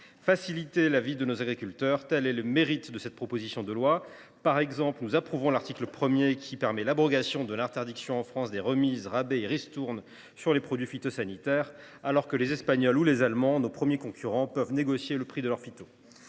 Faciliter la vie de nos agriculteurs, tel est le mérite de cette proposition de loi. Par exemple, nous approuvons l’article 1, qui abroge l’interdiction en France des remises, rabais et ristournes sur les produits phytosanitaires, alors que les Espagnols ou les Allemands, nos premiers concurrents, peuvent négocier le prix de leurs produits.